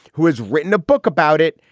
who has written a book about it.